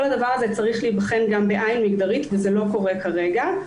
כל זה צריך להיבחן גם בעין מגדרית וזה לא קורה כרגע.